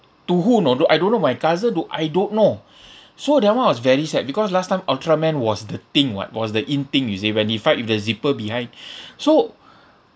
to who you know do~ I don't know my cousin or I don't know so that [one] I was very sad because last time ultraman was the thing [what] was the in thing you see when it fight with the zipper behind so